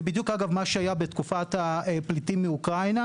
זה בדיוק מה שהיה בתקופת הפליטים מאוקראינה,